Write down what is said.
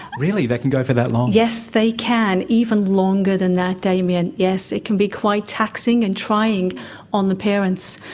really? they can go for that long? yes, they can, even longer than that, damien, yes, it can be quite taxing and trying on the parents,